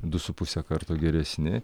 du su puse karto geresni